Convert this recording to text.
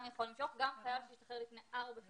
גם חייל שהשתחרר לפני ארבע שנים.